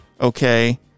Okay